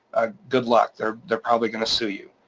good luck, they're they're probably gonna sue you.